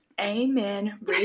Amen